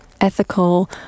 ethical